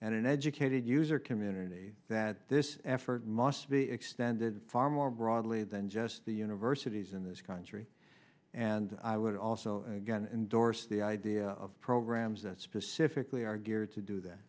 and an educated user community that this effort must be extended far more broadly than just the universities in this country and i would also endorse the idea of programs that specifically are geared to do that